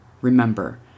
Remember